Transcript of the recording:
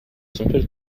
simple